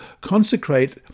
consecrate